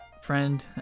friend